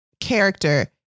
character